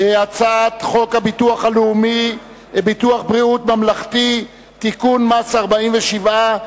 הצעת חוק ביטוח בריאות ממלכתי (תיקון מס' 47),